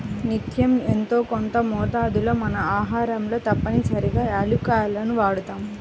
నిత్యం యెంతో కొంత మోతాదులో మన ఆహారంలో తప్పనిసరిగా యాలుక్కాయాలను వాడతాం